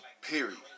Period